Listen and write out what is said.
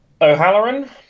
O'Halloran